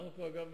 דרך אגב,